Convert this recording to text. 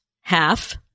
half